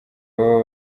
baba